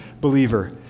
believer